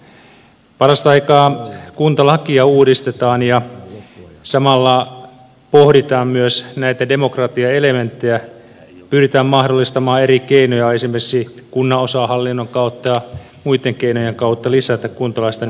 parasta aikaa kuntalakia uudistetaan ja samalla pohditaan myös näitä demokratiaelementtejä pyritään mahdollistamaan eri keinoja esimerkiksi kunnanosahallinnon kautta ja muitten keinojen kautta lisätä kuntalaisten vaikutusmahdollisuuksia